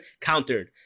countered